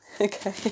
Okay